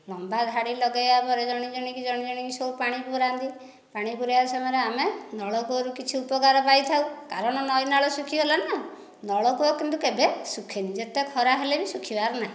ଲମ୍ବା ଧାଡ଼ି ଲଗାଇବା ପରେ ଜଣେ ଜଣେ କି ଜଣେ ଜଣେ କି ସବୁ ପାଣି ପୂରାନ୍ତି ପାଣି ପୂରେଇବା ସମୟରେ ଆମେ ନଳକୂଅରୁ କିଛି ଉପକାର ପାଇଥାଉ କାରଣ ନଈନାଳ ସବୁ ଶୁଖିଗଲା ନା ନଳକୂଅ କିନ୍ତୁ କେବେ ଶୁଖେନି ଯେତେ ଖରା ହେଲେବି ଶୁଖିବାର ନାହିଁ